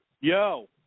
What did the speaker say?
Yo